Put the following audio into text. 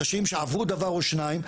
אנשים שעברו דבר אחד שניים,